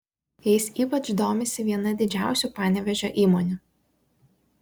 jais ypač domisi viena didžiausių panevėžio įmonių